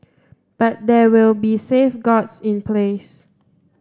but there will be safeguards in place